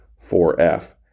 4F